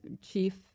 Chief